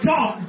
God